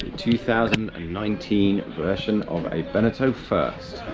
two thousand and nineteen version of a beneteau first,